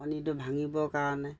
শনিটো ভাঙিবৰ কাৰণে